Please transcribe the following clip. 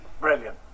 Brilliant